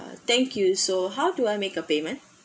thank you so how do I make a payment